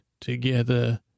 together